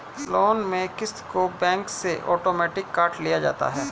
loan में क़िस्त को बैंक से आटोमेटिक काट लिया जाता है